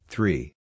Three